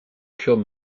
kurde